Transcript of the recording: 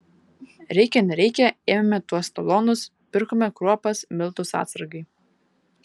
reikia nereikia ėmėme tuos talonus pirkome kruopas miltus atsargai